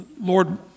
Lord